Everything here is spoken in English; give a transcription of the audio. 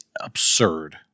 absurd